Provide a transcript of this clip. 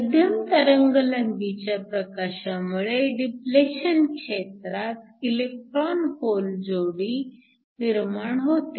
मध्यम तरंगलांबीच्या प्रकाशामुळे डिप्लेशन क्षेत्रात इलेक्ट्रॉन होल जोडी निर्माण होते